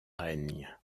règne